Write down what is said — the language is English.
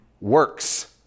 works